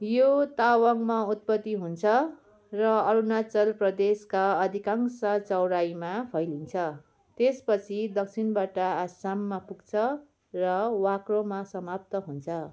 यो तावाङमा उत्पत्ति हुन्छ र अरुणाचल प्रदेशका अधिकांश चौडाइमा फैलिन्छ त्यसपछि दक्षिणबाट आसाममा पुग्छ र वाक्रोमा समाप्त हुन्छ